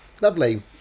lovely